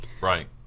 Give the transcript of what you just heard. right